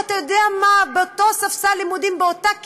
אתה יודע מה, על אותו ספסל לימודים, באותה כיתה,